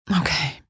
Okay